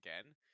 again